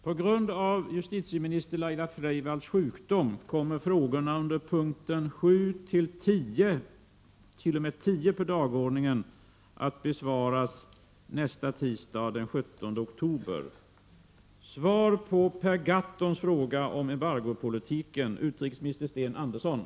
På grund av justitieminister Laila Freivalds sjukdom kommer frågorna under punkterna 7—-10 på dagordningen att besvaras nästa tisdag, dvs. den 17 oktober.